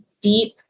deep